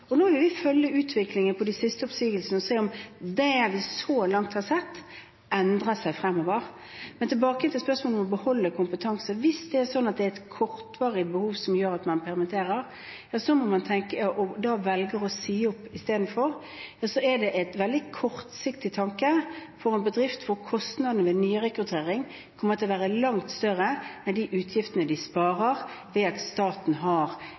Nå vil vi følge utviklingen når det gjelder de siste oppsigelsene, og se om det vi har sett så langt, endrer seg fremover. Tilbake til spørsmålet om å beholde kompetanse: Hvis det er sånn at det er et kortvarig behov for å permittere og man velger å si opp folk i stedet, er det en veldig kortsiktig tankegang for en bedrift hvor kostnadene ved nyrekruttering kommer til å være langt større enn de utgiftene de sparer ved at staten